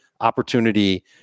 opportunity